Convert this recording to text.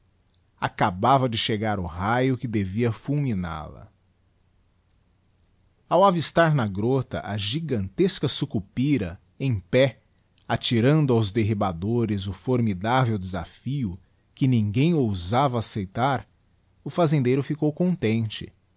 acabava de chegar o raio que devia fulminal a ao avistar na grota a gigantesca sucupira em pé atirando aos derribadores o formidável desafio que ninjuem ousava acceitar o fazendeiro ficou contente